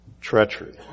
treachery